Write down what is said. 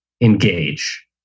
engage